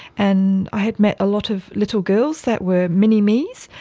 and i had met a lot of little girls that were mini-mes,